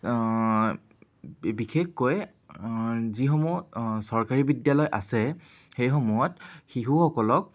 বিশেষকৈ যিসমূহ চৰকাৰী বিদ্যালয় আছে সেইসমূহত শিশুসকলক